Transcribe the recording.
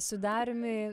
su dariumi